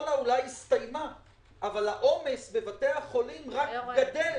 שהקורונה אולי הסתיימה אבל העומס בבתי החולים רק גדל